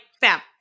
bam